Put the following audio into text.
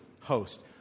host